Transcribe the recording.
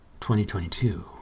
2022